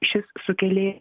šis sukėlė